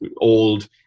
old